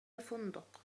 الفندق